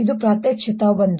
ಅದು ಪ್ರಾತ್ಯಕ್ಷಿಕೆ 1